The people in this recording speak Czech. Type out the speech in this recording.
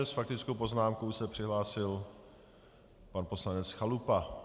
S faktickou poznámkou se přihlásil pan poslanec Chalupa.